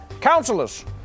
Counselors